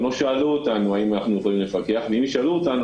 גם לא שאלו אותנו האם אנחנו יכולים לפקח ואם ישאלו אותנו,